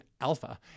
Alpha